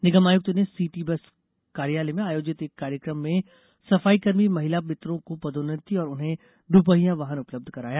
निगमायुक्त ने city bus कार्यालय में आयोजित एक कार्यकम में सफाईकर्मी महिला मित्रों को पदोन्नति और उन्हें द्रपहिया वाहन उपलब्ध कराया